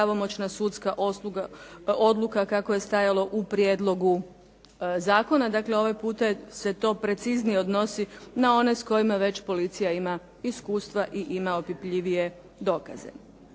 pravomoćna sudska odluka kako je stajalo u prijedlogu zakona. Dakle, ovaj puta se to preciznije odnosi na one s kojima već policija ima iskustva i ima opipljivije dokaze.